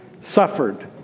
suffered